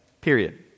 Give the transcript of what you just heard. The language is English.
period